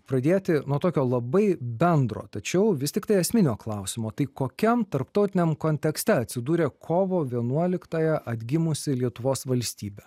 pradėti nuo tokio labai bendro tačiau vis tiktai esminio klausimo tai kokiam tarptautiniam kontekste atsidūrė kovo vienuoliktąją atgimusi lietuvos valstybė